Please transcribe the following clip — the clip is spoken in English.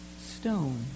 stone